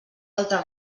altre